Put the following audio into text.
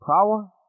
power